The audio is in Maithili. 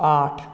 आठ